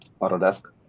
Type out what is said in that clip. Autodesk